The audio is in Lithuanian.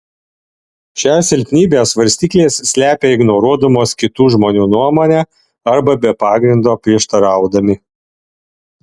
šią silpnybę svarstyklės slepia ignoruodamos kitų žmonių nuomonę arba be pagrindo prieštaraudami